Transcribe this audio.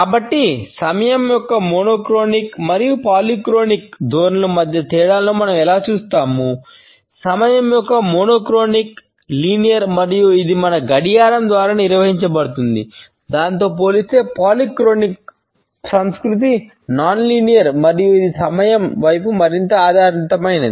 కాబట్టి సమయం యొక్క మోనోక్రోనిక్ మరియు ఇది సమయం వైపు మరింత ఆధారితమైనది